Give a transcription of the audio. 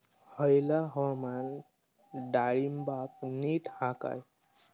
हयला हवामान डाळींबाक नीट हा काय?